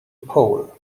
pole